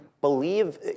believe